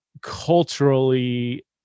culturally